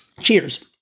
cheers